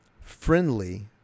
friendly